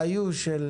שהיו של